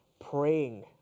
praying